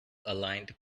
aligned